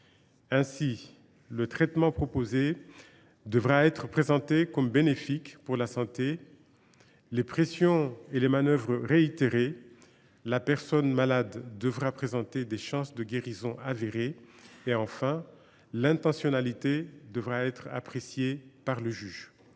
Ainsi, le traitement proposé devra être présenté comme bénéfique pour la santé ; les pressions et les manœuvres devront être réitérées ; la personne malade devra présenter des chances de guérison avérées ; enfin, l’intentionnalité devra être appréciée par le juge.